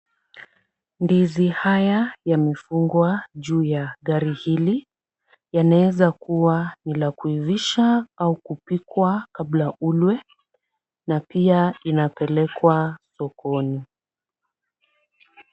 Ndizi haya yamefungwa juu ya gari hili, yanaweza kuwa ni la kuivisha au kupikwa kabla ulwe na pia inapelekwa sokoni.